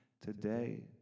today